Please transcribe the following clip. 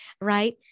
right